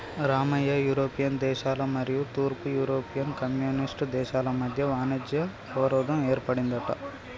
Ramayya European దేశాల మరియు తూర్పు యూరోపియన్ కమ్యూనిస్ట్ దేశాల మధ్య వాణిజ్య అవరోధం ఏర్పడిందంట